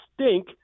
stink